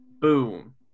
Boom